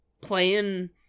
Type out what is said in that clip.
playing